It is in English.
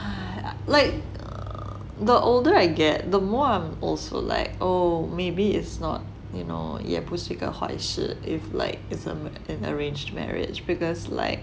like the older I get the more I'm also like oh maybe it's not you know 也不是一个坏事 if like it's a an arranged marriage because like